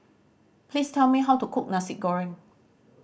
please tell me how to cook Nasi Goreng